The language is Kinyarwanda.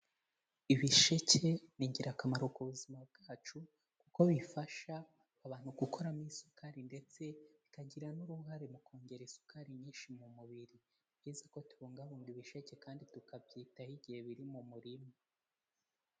Ibisheke bigira akamaro ku buzima bwacu, kuko bifasha abantu gukoramo isukari, ndetse bikagira n'uruhare mu kongera isukari nyinshi mu mubiri, ni byiza ko tubungabunga ibisheke kandi tukabyitaho igihe biri mu murima.